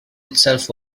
itself